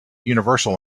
universal